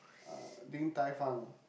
uh Din Tai Fung